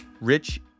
Rich